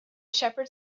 shepherd